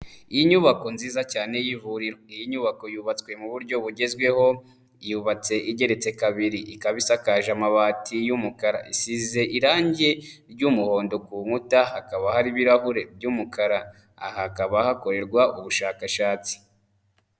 Inyubako nziza cyane y'ivuriro. Iyi nyubako yubatswe mu buryo bugezweho, yubatse igeretse kabiri, ikaba isakaje amabati y'umukara, isize irange ry'umuhondo ku nkuta, hakaba hari ibirahure by'umukara. Aha hakaba hakorerwa ubushakashatsi.